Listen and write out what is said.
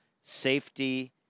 safety